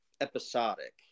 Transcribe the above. episodic